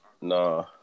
Nah